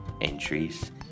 entries